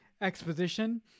exposition